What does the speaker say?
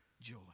joy